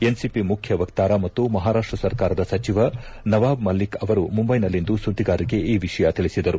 NCP ಮುಖ್ಯ ವಕ್ತಾರ ಮತ್ತು ಮಹಾರಾಷ್ಷ ಸರ್ಕಾರದ ಸಚಿವ ನವಾಬ್ ಮಲ್ಲಿಕ್ ಅವರು ಮುಂಬೈನಲ್ಲಿಂದು ಸುದ್ಗಿಗಾರರಿಗೆ ಈ ವಿಷಯ ತಿಳಿಸಿದರು